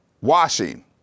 washing